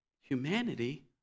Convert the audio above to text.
Humanity